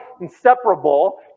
inseparable